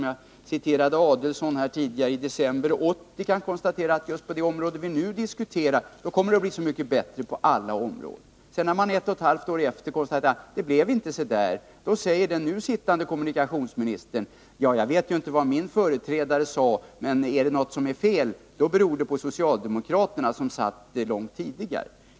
Jag citerade tidigare Ulf Adelsohns uttalande från december 1980 som gick ut på att det när det gäller det område som vi nu diskuterar kommer att bli så mycket bättre. När det sedan ett och ett halvt år senare kan konstateras att det inte blev så bra, säger den nu sittande kommunikationsministern: Ja, jag vet ju inte vad min företrädare sagt, men är det något som är fel, beror det på socialdemokraterna som var i regeringsställning långt tidigare.